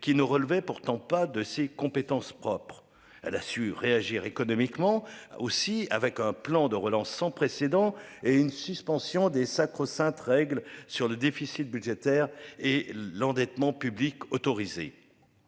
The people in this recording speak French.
qui ne relevait pourtant pas de ses compétences propres. Elle a su réagir économiquement aussi avec un plan de relance sans précédent et une suspension des sacro-saintes règles sur le déficit budgétaire et l'endettement public autorisé.